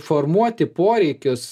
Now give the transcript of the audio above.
formuoti poreikius